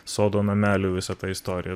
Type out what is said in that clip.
sodo namelių visą tą istoriją